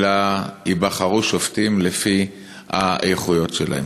אלא ייבחרו שופטים לפי האיכויות שלהם.